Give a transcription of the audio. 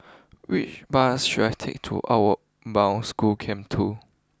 which bus should I take to Outward Bound School Camp two